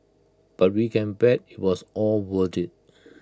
but we can bet IT was all worth IT